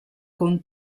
con